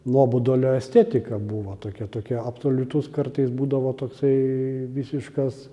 nuobodulio estetika buvo tokia tokia absoliutus kartais būdavo toksai visiškas